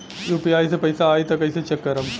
UPI से पैसा आई त कइसे चेक करब?